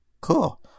Cool